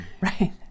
Right